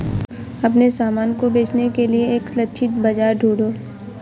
अपने सामान को बेचने के लिए एक लक्षित बाजार ढूंढो